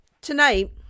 tonight